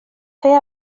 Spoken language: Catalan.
fer